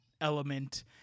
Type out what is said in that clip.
element